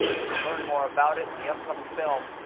you can learn more about it in the upcoming film,